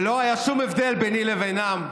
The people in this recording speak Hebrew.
ולא היה שום הבדל ביני לבינם,